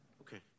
Okay